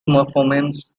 morphemes